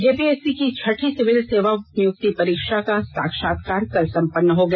JPSC की छठी civil सेवा नियुक्ति परीक्षा का साक्षात्कार कल संपन्न हो गया